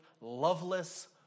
loveless